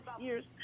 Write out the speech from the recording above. year's